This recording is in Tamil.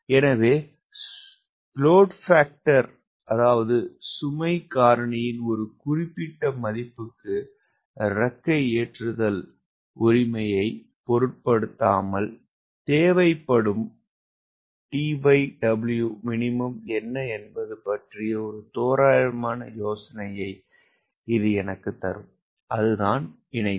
எனவே லோடு பாக்டர் ஒரு குறிப்பிட்ட மதிப்புக்கு இறக்கை ஏற்றுதல் உரிமையைப் பொருட்படுத்தாமல் தேவைப்படும் T W min என்ன என்பது பற்றிய ஒரு தோராயமான யோசனையை இது எனக்குத் தரும் அதுதான் இணைப்பு